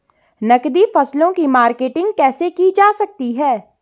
नकदी फसलों की मार्केटिंग कैसे की जा सकती है?